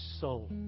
soul